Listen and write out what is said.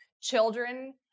children